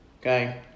Okay